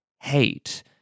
hate